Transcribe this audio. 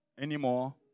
Anymore